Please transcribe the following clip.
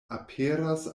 aperas